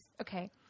Okay